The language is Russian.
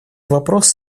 вопрос